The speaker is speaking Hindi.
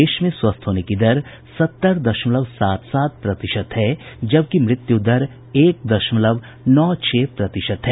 देश में स्वस्थ होने की दर सत्तर दशमलव सात सात प्रतिशत है जबकि मृत्यु दर एक दशमलव नौ छह प्रतिशत है